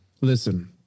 listen